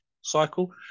cycle